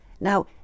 now